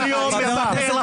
אני מפלצת.